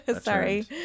sorry